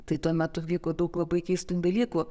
tai tuo metu vyko daug labai keistų dalykų